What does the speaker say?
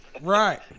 Right